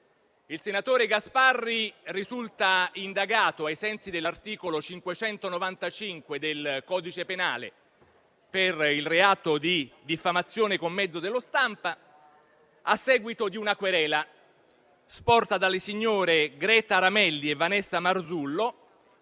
Il senatore Gasparri risulta indagato, ai sensi dell'articolo 595 del codice penale, per il reato di diffamazione con mezzo della stampa, a seguito di una querela sporta dalle signore Greta Ramelli e Vanessa Marzullo,